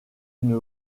une